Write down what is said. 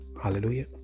Hallelujah